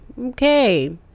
Okay